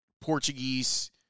Portuguese